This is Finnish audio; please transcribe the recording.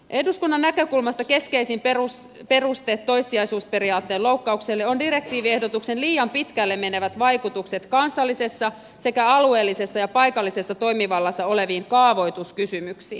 eduskunnan näkökulmasta keskeisin peruste toissijaisuusperiaatteen loukkaukselle on direktiiviehdotuksen liian pitkälle menevät vaikutukset kansallisessa sekä alueellisessa ja paikallisessa toimivallassa oleviin kaavoituskysymyksiin